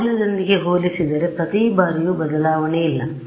ಮೌಲ್ಯದೊಂದಿಗೆ ಹೋಲಿಸಿದರೆ ಪ್ರತಿ ಬಾರಿಯೂ ಬದಲಾವಣೆ ಇಲ್ಲ